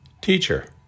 Teacher